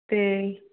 ਅਤੇ